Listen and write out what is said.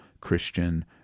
Christian